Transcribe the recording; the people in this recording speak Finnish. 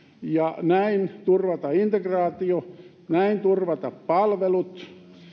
ja näin turvataan integraatio turvataan palvelut